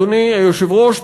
אדוני היושב-ראש,